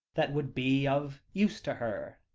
that would be of use to her.